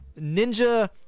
Ninja